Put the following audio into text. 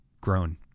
grown